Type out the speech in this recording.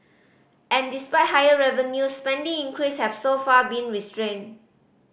and despite higher revenues spending increase have so far been restrained